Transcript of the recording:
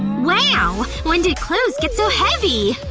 wow. when did clothes get so heavy?